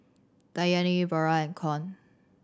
Danyelle Vara and Keon